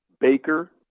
Baker